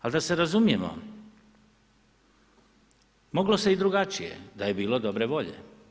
Ali, da se razumijemo, moglo se i drugačije da je bilo dobre volje.